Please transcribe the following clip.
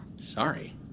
Sorry